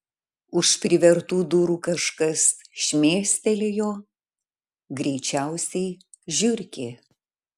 už privertų durų kažkas šmėstelėjo greičiausiai žiurkė